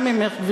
גם ממך,